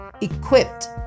equipped